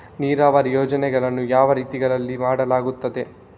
ನೀರಾವರಿ ಯೋಜನೆಗಳನ್ನು ಯಾವ ರೀತಿಗಳಲ್ಲಿ ಮಾಡಲಾಗುತ್ತದೆ?